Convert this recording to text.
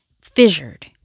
fissured